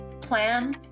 plan